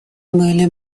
были